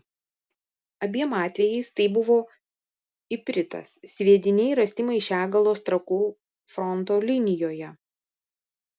abiem atvejais tai buvo ipritas sviediniai rasti maišiagalos trakų fronto linijoje